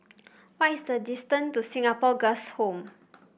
what is the distance to Singapore Girls' Home